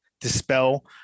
dispel